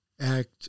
act